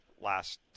last